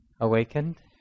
awakened